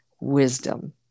wisdom